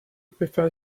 prefer